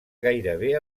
gairebé